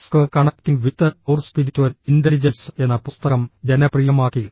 SQ connecting with our spiritual intelligence എന്ന പുസ്തകം ജനപ്രിയമാക്കി